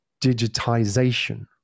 digitization